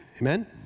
Amen